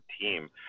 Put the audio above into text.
team